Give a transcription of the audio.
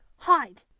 hide!